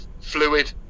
fluid